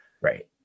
Right